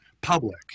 public